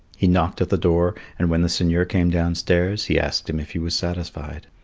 he knocked at the door, and when the seigneur came downstairs, he asked him if he was satisfied.